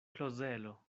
klozelo